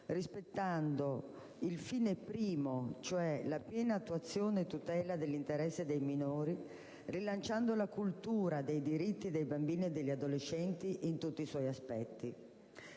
rispettandone il fine primo, ossia la piena attuazione e tutela dell'interesse dei minori, e rilanciando la cultura dei diritti dei bambini e degli adolescenti in tutti i suoi aspetti.